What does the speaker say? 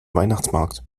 weihnachtsmarkt